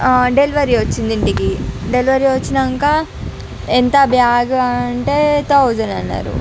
delivery వచ్చింది ఇంటికి delivery వచ్చినంక ఎంత బ్యాగు అంటే థౌసండ్ అన్నారు